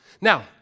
Now